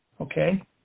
okay